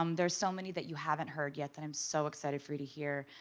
um there are so many that you haven't heard yet that i'm so excited for you to hear.